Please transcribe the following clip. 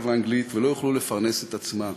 ואנגלית ולא יוכלו לפרנס את עצמם,